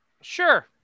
Sure